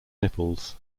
nipples